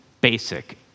basic